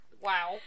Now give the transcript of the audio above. Wow